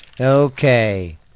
Okay